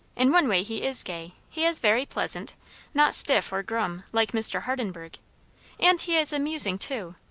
in one way he is gay he is very pleasant not stiff or grum, like mr. hardenburgh and he is amusing too,